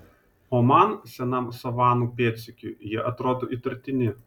o man senam savanų pėdsekiui jie atrodo įtartini